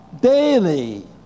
daily